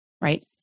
right